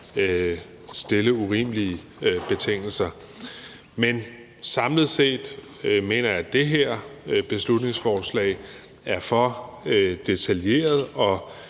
stille urimelige betingelser. Men samlet set mener jeg, at det her beslutningsforslag er for detaljeret og